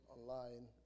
online